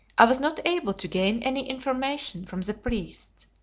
i was not able to gain any information from the priests.